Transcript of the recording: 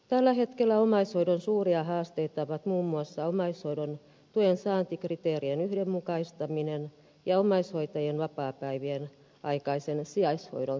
tällä hetkellä omaishoidon suuria haasteita ovat muun muassa omaishoidon tuen saantikriteerien yhdenmukaistaminen ja omaishoitajien vapaapäivien aikaisen sijaishoidon kehittäminen